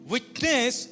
Witness